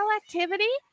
activity